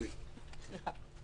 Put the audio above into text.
סליחה.